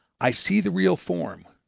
i see the real form.